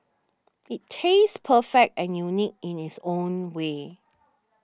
it tastes perfect and unique in its own way